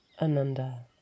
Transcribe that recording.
Ananda